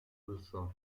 wilson